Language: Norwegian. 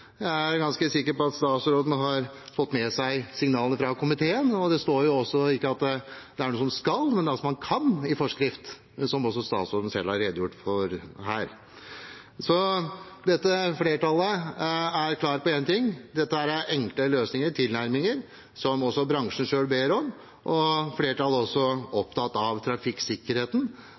Jeg er ganske sikker på at statsråden har fått med seg signalene fra komiteen. Det står heller ikke at dette er noe man skal, men noe man kan, i forskrift – som også statsråden selv har redegjort for her. Flertallet er klare på én ting: Dette er enkle løsninger og tilnærminger som også bransjen selv ber om. Flertallet er også opptatt av trafikksikkerheten,